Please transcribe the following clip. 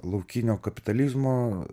laukinio kapitalizmo